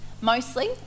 mostly